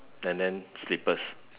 and then slippers